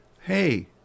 Hey